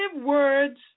words